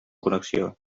connexió